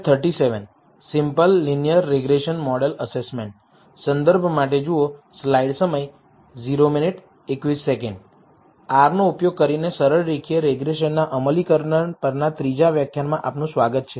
Rનો ઉપયોગ કરીને સરળ રેખીય રીગ્રેસનના અમલીકરણ પરના ત્રીજા વ્યાખ્યાનમાં આપનું સ્વાગત છે